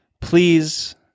please